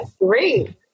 great